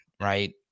right